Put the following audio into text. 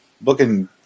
booking